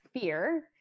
fear